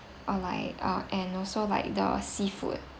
or like uh and also like the seafood